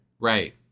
Right